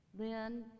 Lynn